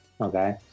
Okay